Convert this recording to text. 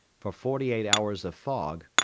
for forty-eight hours a fog,